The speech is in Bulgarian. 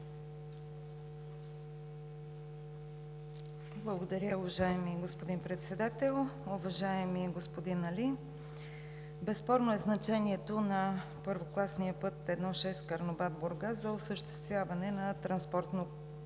Благодаря, уважаеми господин Председател. Уважаеми господин Али, безспорно е значението на първокласния път I-6 Карнобат – Бургас за осъществяване на транспортна